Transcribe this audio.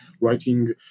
writing